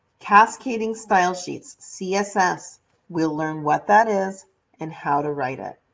cascading style sheets css we'll learn what that is and how to write ah